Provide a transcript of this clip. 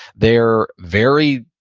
they're very,